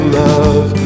love